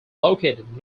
located